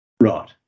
Right